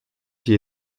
j’y